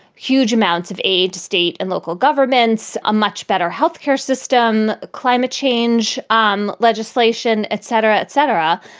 huge amounts of aid to state and local governments. a much better health care system. climate change um legislation, et cetera, et cetera.